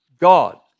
God